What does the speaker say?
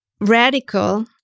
radical